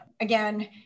Again